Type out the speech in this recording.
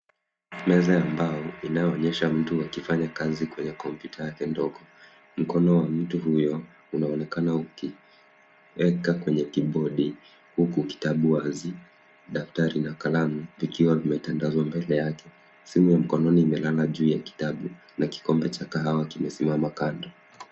Meza ambayo inayoonyesha mtu akifanya kazi kwenye kompyuta yake ndogo. Mkono wa mtu huyo unaonekana ukieka kwenye kibodi, huku kitabu wazi, daftari na kalamu kikiwa vimetandazwa mbele yake. Simu ya mkononi imelala juu ya kitabu na kikombe cha kahawa kimesimama kando.